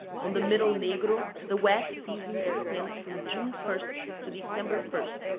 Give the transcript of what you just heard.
on the middle negro the wet season extends from june first to december first,